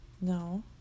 No